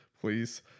Please